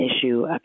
issue